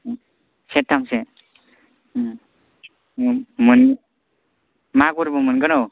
सेरथामसो मोनो मागुरबो मोनगोन औ